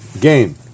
game